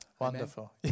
Wonderful